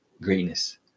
greatness